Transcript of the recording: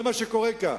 זה מה שקורה כאן,